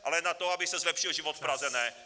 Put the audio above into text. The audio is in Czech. Ale na to, aby se zlepšil život v Praze, ne.